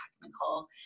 technical